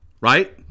Right